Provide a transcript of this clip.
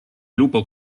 lupo